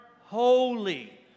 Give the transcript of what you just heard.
holy